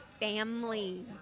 family